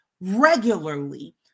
regularly